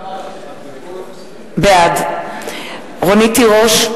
בעד רונית תירוש,